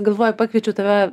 galvojau pakviečiau tave